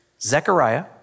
Zechariah